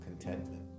contentment